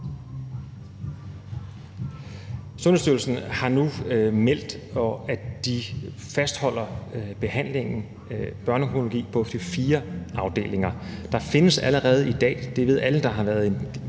Sundhedsstyrelsen har nu meldt, at de fastholder behandlingen, børneonkologien, på de fire afdelinger. Der findes allerede i dag, og det ved alle, der har været